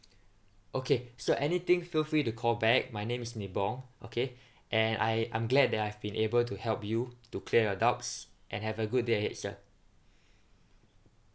okay so anything feel free to call back my name is nibong okay and I I'm glad that I've been able to help you to clear your doubts and have a good day ahead sir